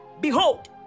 Behold